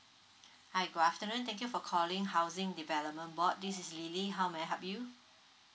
hi good afternoon thank you for calling housing development board this is lily how may I help you